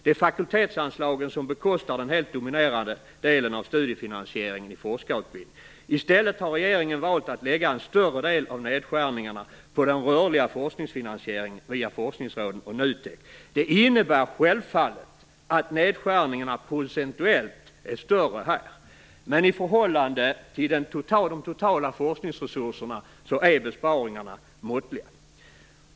Det är fakultetsanslagen som bekostar den helt dominerande delen av studiefinansieringen i forskarutbildningen. I stället har regeringen valt att lägga en större del av nedskärningarna på den rörliga forskningsfinansieringen via forskningsråden och NUTEK. Det innebär självfallet att nedskärningarna procentuellt sett är större här. Men i förhållande till de totala forskningsresurserna är besparingarna måttliga.